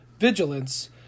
vigilance